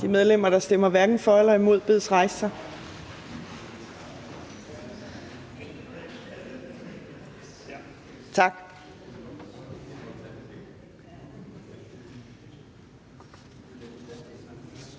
De medlemmer, der stemmer hverken for eller imod, bedes rejse sig. Tak.